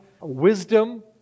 wisdom